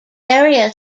area